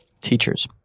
teachers